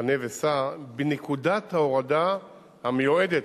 ב"חנה וסע", בנקודת ההורדה המיועדת